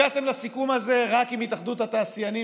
הגעתם לסיכום הזה רק עם התאחדות התעשיינים,